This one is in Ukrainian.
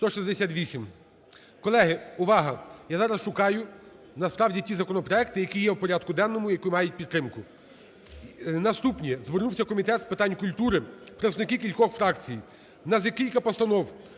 За-169 Колеги, увага! Я зараз шукаю, насправді, ті законопроекти, які є в порядку денному, які мають підтримку. Наступні. Звернулися в Комітет з питань культури представники кількох фракцій. У нас є кілька постанов.